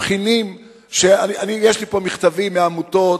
התבחינים, יש לי פה מכתבים מעמותות,